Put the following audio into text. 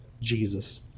Jesus